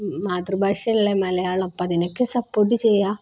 മാതൃഭാഷയല്ലേ മലയാളം അപ്പോള് അതിനെയൊക്കെ സപ്പോർട്ട് ചെയ്യാം